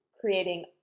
creating